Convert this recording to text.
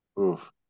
Oof